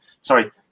sorry